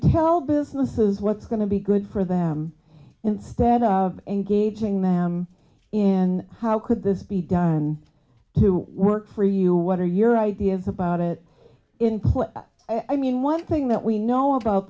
tell businesses what's going to be good for them instead of engaging them in how could this be done to work for you what are your ideas about it include i mean one thing that we know about